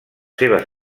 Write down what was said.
seves